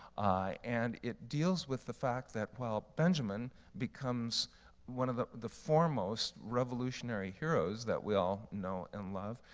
and it deals with the fact that while benjamin becomes one of the the foremost revolutionary heroes that we all know and love,